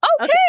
Okay